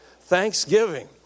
thanksgiving